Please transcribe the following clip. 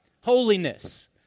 holiness